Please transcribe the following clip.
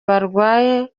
barwaye